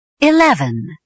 Eleven